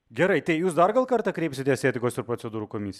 gerai tai jūs dar kartą kreipsitės į etikos ir procedūrų komisiją